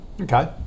Okay